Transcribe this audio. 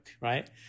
right